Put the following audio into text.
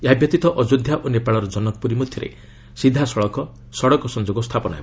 ଏହାବ୍ୟତୀତ ଅଯୋଧ୍ୟା ଓ ନେପାଳର ଜନକପ୍ରରୀ ମଧ୍ୟରେ ସିଧାସଳଖ ସଡ଼କ ସଂଯୋଗ ସ୍ଥାପନ ହେବ